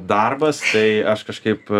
darbas tai aš kažkaip